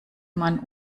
man